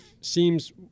seems